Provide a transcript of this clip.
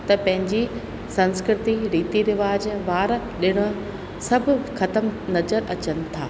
त पंहिंजी संस्कृति रिती रवाज वार ॾिण सभु ख़तम नज़र अचनि था